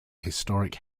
historic